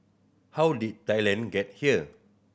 how did Thailand get here